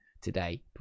Today